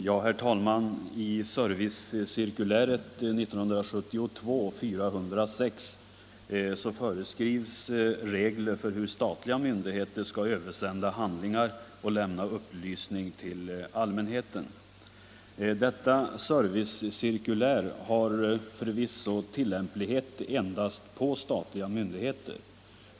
Herr talman! I servicecirkuläret 1972:406 föreskrivs hur statliga myndigheter skall översända handlingar och lämna upplysning till allmänheten. Detta servicecirkulär har förvisso tillämplighet endast på statliga myndigheter.